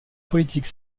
politique